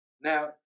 Now